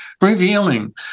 revealing